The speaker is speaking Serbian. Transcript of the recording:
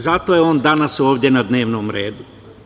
Zato je on danas ovde na dnevnom redu.